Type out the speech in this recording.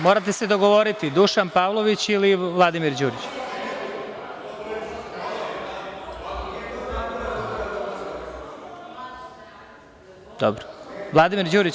Morate se dogovoriti Dušan Pavlović ili Vladimir Đurić [[Vladimir Đurić: Ja sam prvi tražio repliku.]] Vladimir Đurić.